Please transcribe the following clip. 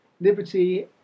Liberty